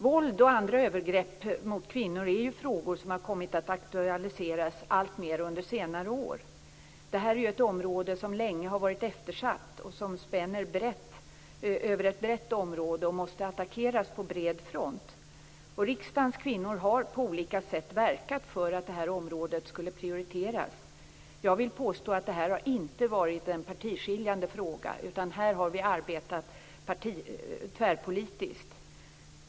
Våld och andra övergrepp mot kvinnor är ju frågor som har kommit att aktualiseras alltmer under senare år. Detta är ju ett område som länge har varit eftersatt och som spänner över ett brett område och som måste attackeras på bred front. Riksdagens kvinnor har på olika sätt verkat för att detta område skulle prioriteras. Jag vill påstå att detta inte har varit en partiskiljande fråga utan att vi har arbetat tvärpolitiskt.